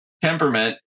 temperament